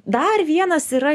dar vienas yra